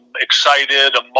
excited